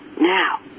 Now